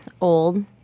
Old